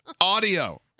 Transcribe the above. Audio